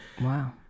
Wow